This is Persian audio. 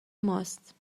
ماست